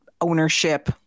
ownership